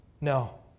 No